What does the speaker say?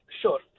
Sure